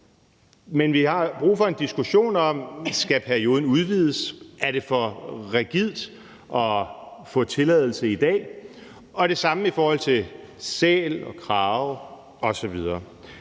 men vi har også brug for en diskussion af, om perioden skal udvides, om det er for rigidt at få tilladelse i dag og det samme i forhold til sæler og krager osv.